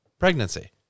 Pregnancy